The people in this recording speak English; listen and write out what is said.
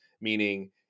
meaning